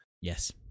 Yes